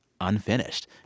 Unfinished